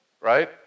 Right